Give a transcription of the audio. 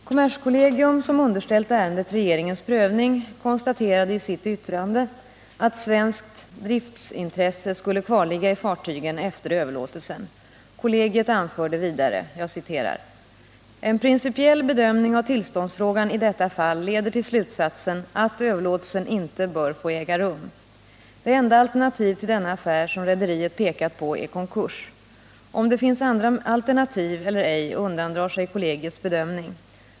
Kommerskollegium, som underställt ärendet regeringens prövning, konstaterade i sitt yttrande att svenskt driftsintresse skulle kvarligga i fartygen efter överlåtelsen. Kollegiet anförde vidare: ”En principiell bedömning av tillståndsfrågan i detta fall leder till slutsatsen att överlåtelsen inte bör få äga rum. Det enda alternativ till denna affär som rederiet pekat på är konkurs. Om det finns andra alternativ eller ej undandrar sig kollegiets bedömning.